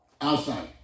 outside